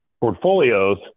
portfolios